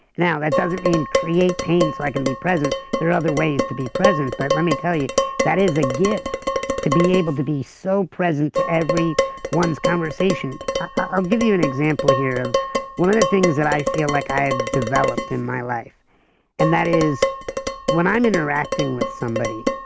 now that doesn't mean create pain so i can be present there are other ways to be present, but let me tell you that is a gift to be able to be so present to every one's conversation. i'll give you an example here of one of the things that i feel like i have developed in my life and that is when i'm interacting with somebody,